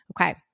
Okay